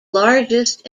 largest